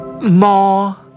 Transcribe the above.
more